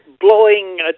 blowing